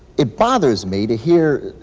it bothers me to hear